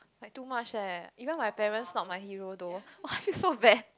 too much leh even my parents not my hero though why you so bad